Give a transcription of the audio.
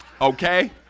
Okay